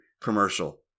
commercial